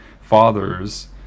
fathers